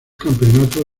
campeonato